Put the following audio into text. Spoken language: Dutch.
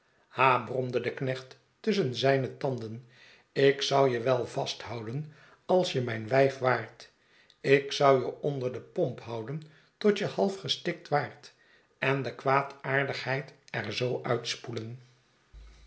bromde de knecht tusschen zijne tanden ik zou je wel vasthouden als je mijn wijf waart ik zou je onder de pomp houden tot je half gestikt waart en de kwaadaardigheid er zoo uitspoelen